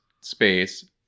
space